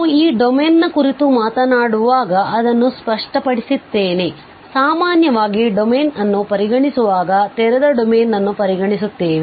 ನಾವು ಈ ಡೊಮೇನ್ನ ಕುರಿತು ಮಾತನಾಡುವಾಗ ಅದನ್ನು ಸ್ಪಷ್ಟಪಡಿಸುತ್ತೇನೆ ಸಾಮಾನ್ಯವಾಗಿ ಡೊಮೇನ್ ಅನ್ನು ಪರಿಗಣಿಸುವಾಗ ತೆರೆದ ಡೊಮೇನ್ ಅನ್ನು ಪರಿಗಣಿಸುತ್ತೇವೆ